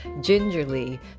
gingerly